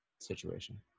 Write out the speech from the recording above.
situation